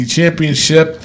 Championship